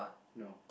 no